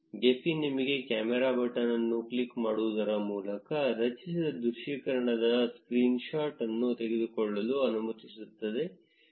Gephi ನಿಮಗೆ camera button ಅನ್ನು click ಮಾಡುವುದರ ಮೂಲಕ ರಚಿಸಿದ ದೃಶ್ಯೀಕರಣದ ಸ್ಕ್ರೀನ್ ಶಾಟ್ ಅನ್ನು ತೆಗೆದುಕೊಳ್ಳಲು ಅನುಮತಿಸುತ್ತದೆ